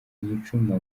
yicuma